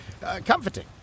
comforting